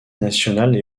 nationale